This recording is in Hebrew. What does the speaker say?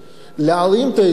להרים את האזור,